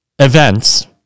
events